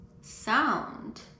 Sound